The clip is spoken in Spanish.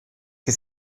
que